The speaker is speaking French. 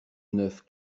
neuf